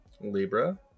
Libra